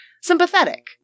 sympathetic